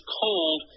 cold